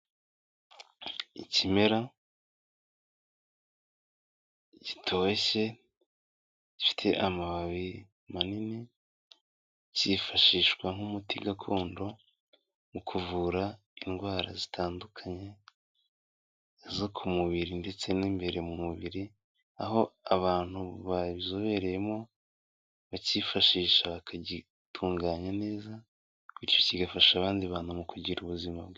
Ikimera gitoshye, gifite amababi manini, cyifashishwa nk'umuti gakondo mu kuvura indwara zitandukanye zo ku mubiri, ndetse n'imbere mu mubiri, aho abantu babizobereyemo bakifashisha bakagitunganya neza, bityo kigafasha abandi bantu mu kugira ubuzima bwi...